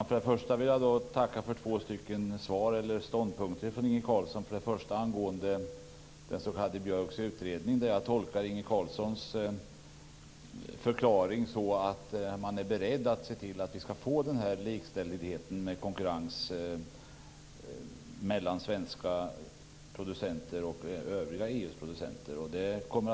Fru talman! Jag vill tacka för de två ståndpunkterna från Inge Carlsson, för det första för den angående den s.k. Björkska utredningen. Jag tolkar Inge Carlssons förklaring så att man är beredd att se till att vi skall få till stånd en konkurrenslikställighet mellan svenska producenter och producenterna inom det övriga EU.